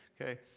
Okay